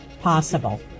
possible